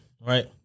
right